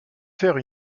faire